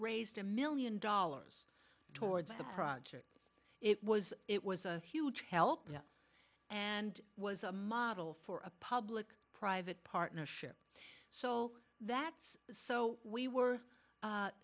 raised a million dollars towards the project it was it was a huge help and was a model for a public private partnership so that's so we were